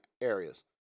areas